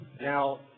now